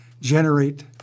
generate